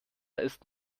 ist